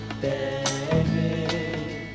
Baby